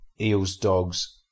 Eels-Dogs